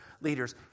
leaders